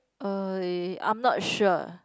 uh I'm not sure